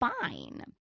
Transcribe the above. fine